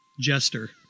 jester